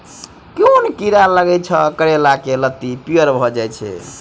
केँ कीड़ा लागै सऽ करैला केँ लत्ती पीयर भऽ जाय छै?